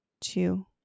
two